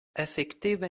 efektive